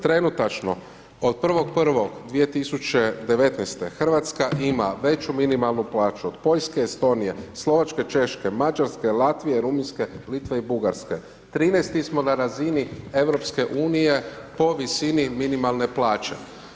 Trenutačno od 01.01.2019., Hrvatska ima veću minimalnu plaću od Poljske, Estonije, Slovačke, Češke, Mađarske, Latvije, Rumunjske, Litve i Bugarske, 13-ti smo na razini Europske unije po visini minimalne plaće.